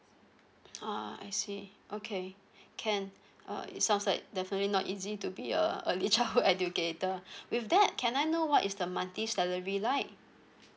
uh I see okay can uh it sounds like definitely not easy to be a early childhood educator with that can I know what is the monthly salary like